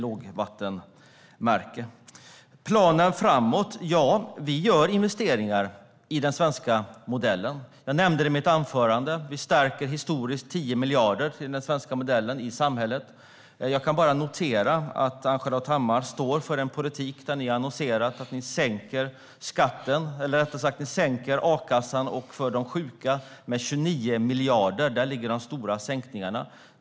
Sedan gäller det planen framåt. Ja, vi gör investeringar i den svenska modellen. Jag nämnde det i mitt anförande. Vi stärker historiskt, med 10 miljarder, den svenska modellen i samhället. Jag kan bara notera att Ann-Charlotte Hammar står för den politik där ni har annonserat att ni sänker skatten, eller rättare sagt: Ni sänker a-kassan och för de sjuka med 29 miljarder. Där ligger de stora sänkningarna.